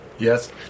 Yes